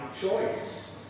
choice